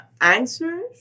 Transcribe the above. answers